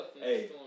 Hey